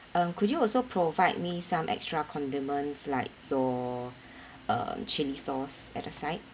uh could you also provide me some extra condiments like your uh chili sauce at the side